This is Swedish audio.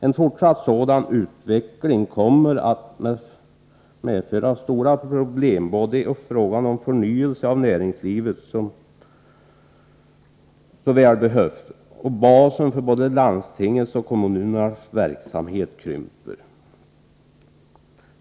En fortsatt sådan utveckling kommer att medföra stora problem i fråga om den förnyelse av näringslivet som så väl behövs för att inte basen för landstingets och kommunernas verksamheter skall krympa.